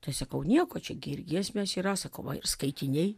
tai sakau nieko čia gi ir giesmės yra sakau va ir skaitiniai